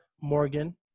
Morgan